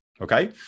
Okay